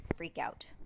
Freakout